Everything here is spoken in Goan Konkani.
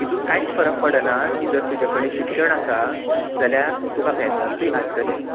हितून कांयच फरक पडना की जर तुजे कडेन शिक्षण आसा जाल्यार तुका मेहनर्सूय आसतलें